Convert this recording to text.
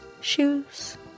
Shoes